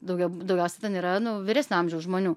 daugiau daugiausia ten yra nu vyresnio amžiaus žmonių